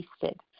tasted